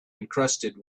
encrusted